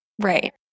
Right